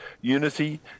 Unity